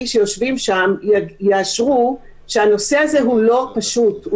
שיושבים שם יאשרו שהנושא הזה לא פשוט,